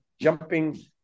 jumping